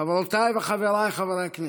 חברותיי וחבריי חברי הכנסת,